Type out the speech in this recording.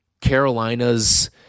Carolina's